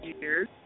years